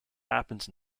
happens